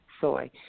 soy